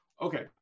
Okay